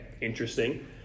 interesting